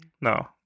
No